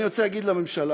אני רוצה להגיד לממשלה: